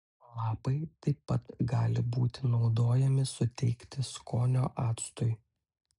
lapai taip pat gali būti naudojami suteikti skonio actui